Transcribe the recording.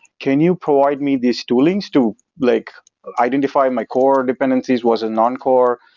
can you provide me these toolings to like identify my core dependencies was a non-core?